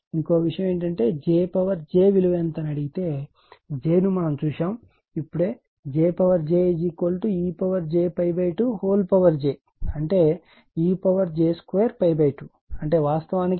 ఇంకొక విషయం ఏమిటంటే j j విలువ ఎంత అని అడిగితే j ను మనం చూశాము ఇప్పుడే j j ej2j అంటే ej22 అంటే వాస్తవానికి j 2 1